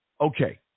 Okay